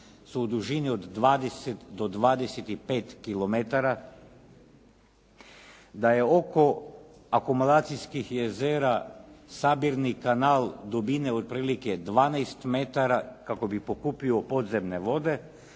su u dužini od 20 do 25 kilometara. Da je oko akumulacijskih jezera sabirni kanal dubine otprilike 12 metara kako bi pokupio podzemne vode,